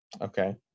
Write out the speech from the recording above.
Okay